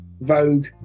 Vogue